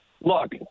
look